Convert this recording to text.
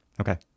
Okay